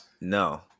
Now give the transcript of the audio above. No